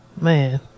Man